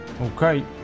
okay